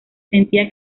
sentía